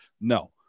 no